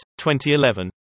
2011